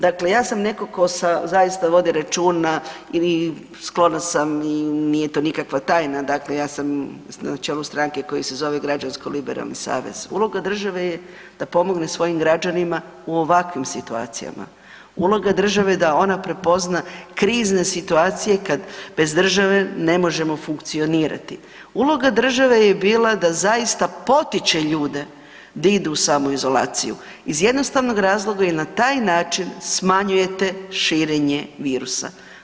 Dakle ja sam neko ko zaista vodi računa i sklona sam i nije to nikakva tajna, dakle ja sam na čelu stranke koja se zove Građansko liberalni savez, uloga države je da pomogne svojim građanima u ovakvim situacijama, uloga države je da ona prepozna krizne situacije kad bez države ne možemo funkcionirati, uloga države je bila da zaista potiče ljude da idu u samoizolaciju iz jednostavnog razloga jer na taj način smanjujete širenje virusa.